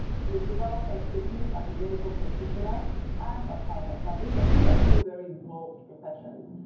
you developed expertise as a medical practitioner and a pilot. these ah these are two very bold professions.